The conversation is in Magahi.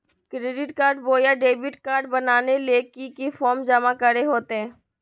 क्रेडिट कार्ड बोया डेबिट कॉर्ड बनाने ले की की फॉर्म जमा करे होते?